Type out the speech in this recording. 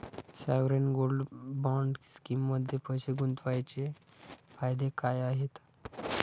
Sovereign gold bond स्कीममध्ये पैसे गुंतवण्याचे फायदे काय आहेत?